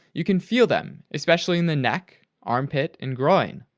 you can feel them, especially in the neck, armpit, and groin.